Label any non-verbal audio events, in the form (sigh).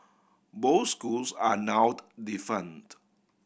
both schools are now (unintelligible) defunct